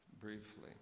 briefly